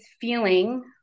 feeling